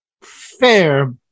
Fair